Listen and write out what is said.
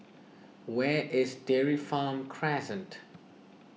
where is Dairy Farm Crescent